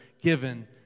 given